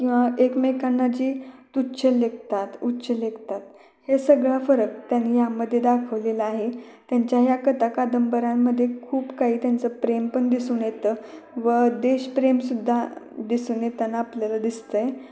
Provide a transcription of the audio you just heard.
किंवा एकमेकांना जी तुच्छ लेखतात उच्च लेखतात हे सगळा फरक त्यांनी यामध्ये दाखवलेला आहे त्यांच्या ह्या कथा कादंबऱ्यांमध्ये खूप काही त्यांचं प्रेम पण दिसून येतं व देशप्रेमसुद्धा दिसून येताना आपल्याला दिसत आहे